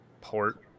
port